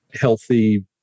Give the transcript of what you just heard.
healthy